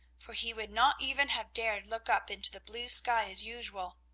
for he would not even have dared look up into the blue sky, as usual.